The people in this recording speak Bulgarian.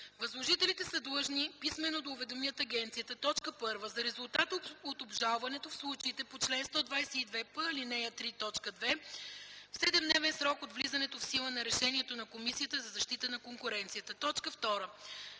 Възложителите са длъжни писмено да уведомят агенцията: 1. за резултата от обжалването в случаите по чл. 122п , ал. 3, т. 2 – в 7-дневен срок от влизането в сила на решението на Комисията за защита на конкуренцията; 2.